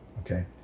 okay